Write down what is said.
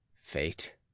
fate